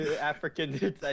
african